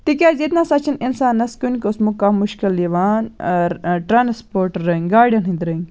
تِکیٛازِ ییٚتہِ نَسا چھُنہٕ اِنسانَس کُنہِ قٕسمُک کانٛہہ مُشکِل یِوان ٹرانٛسپوٹ رٔنٛگۍ گاڑٮ۪ن ہٕنٛدۍ رٔنٛگۍ